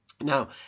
Now